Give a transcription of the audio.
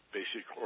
basic